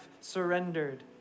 surrendered